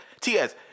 ts